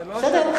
בסדר.